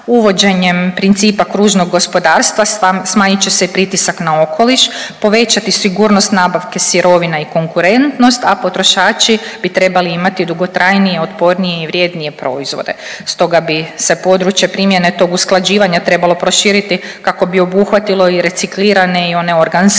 uvođenje principa kružnog gospodarstva smanjit će se i pritisak na okoliš, povećati sigurnost nabavke sirovina i konkurentnost, a potrošači bi trebali imati dugotrajnije, otpornije i vrijednije proizvode. Stoga bi se područje primjene tog usklađivanja trebalo proširiti kako bi obuhvatilo i reciklirane i one organske